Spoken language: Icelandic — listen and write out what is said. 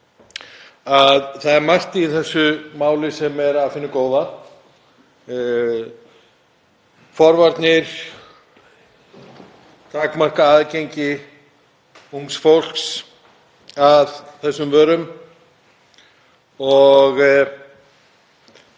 að það er margt í þessu máli sem er af hinu góða, forvarnir og að takmarka aðgengi ungs fólks að þessum vörum og